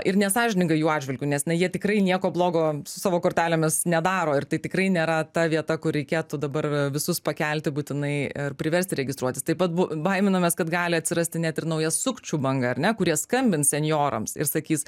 ir nesąžininga jų atžvilgiu nes na jie tikrai nieko blogo su savo kortelėmis nedaro ir tai tikrai nėra ta vieta kur reikėtų dabar visus pakelti būtinai ir priversti registruotis taip pat baiminomės kad gali atsirasti net ir nauja sukčių banga ar ne kurie skambins senjorams ir sakys